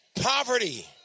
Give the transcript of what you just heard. Poverty